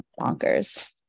bonkers